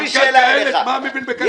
מנכ"ל קהלת מה מבין בכלכלה?